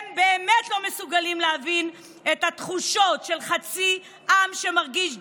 הם באמת לא מסוגלים להבין את התחושות של חצי עם שמרגיש דרוס,